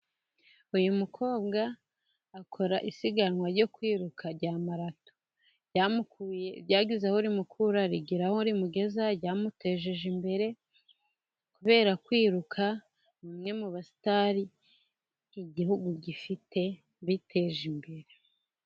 Uyu mukobwa akora isiganwa ryo kwiruka rya marato, ryagize aho rimukura rigira aho rimugeza, ryamuteje imbere kubera kwiruka, ni umwe mubasitari igihugu gifite biteje imbere.